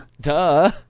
Duh